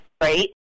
right